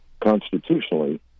constitutionally